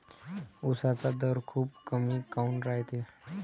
उसाचा दर खूप कमी काऊन रायते?